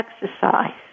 exercise